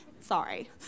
Sorry